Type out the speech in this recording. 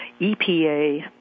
EPA